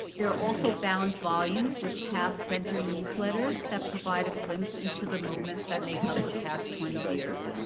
there are also bound volumes with past center newsletters that provide a glimpse into the moments that make up the past twenty years.